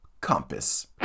Compass